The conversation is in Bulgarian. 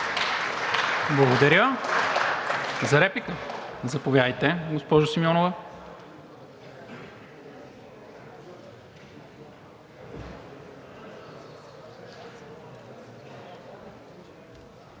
Благодаря. За реплика – заповядайте, госпожо Симеонова.